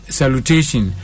salutation